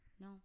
No